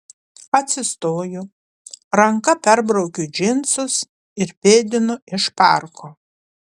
atsistoju ranka perbraukiu džinsus ir pėdinu iš parko